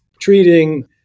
treating